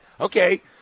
okay